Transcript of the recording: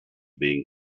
being